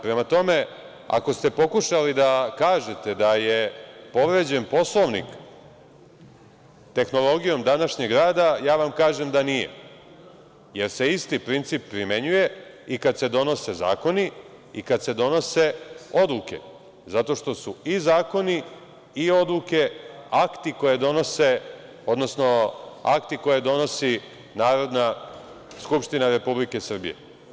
Prema tome, ako ste pokušali da kažete da je povređen Poslovnik, tehnologijom današnjeg rada, ja vam kažem da nije, jer se isti princip primenjuje i kada se donose zakoni i kada se donose odluke zato što su i zakoni i odluke akti koje donose, odnosno akti koje donosi Narodna skupština Republike Srbije.